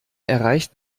erreicht